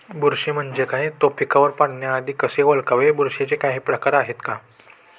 बुरशी म्हणजे काय? तो पिकावर पडण्याआधी कसे ओळखावे? बुरशीचे काही प्रकार आहेत का?